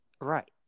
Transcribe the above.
Right